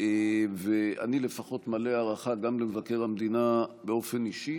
ואני לפחות מלא הערכה גם למבקר המדינה באופן אישי